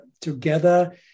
together